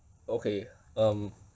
okay um